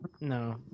no